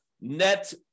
net